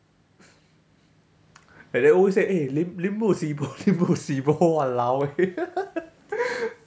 like they always say eh lim~ lim bu si bo lim bu si bo !walao! eh